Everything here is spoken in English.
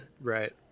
Right